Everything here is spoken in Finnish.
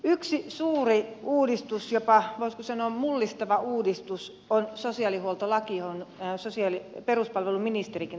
yksi suuri uudistus voisiko jopa sanoa mullistava uudistus on sosiaalihuoltolaki johon peruspalveluministerikin äsken viittasi